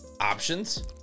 Options